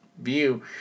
view